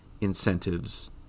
incentives